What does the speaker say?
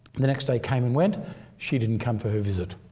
the next day came and went she didn't come for her visit.